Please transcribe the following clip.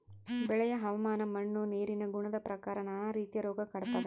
ಬೆಳೆಯ ಹವಾಮಾನ ಮಣ್ಣು ನೀರಿನ ಗುಣದ ಪ್ರಕಾರ ನಾನಾ ರೀತಿಯ ರೋಗ ಕಾಡ್ತಾವೆ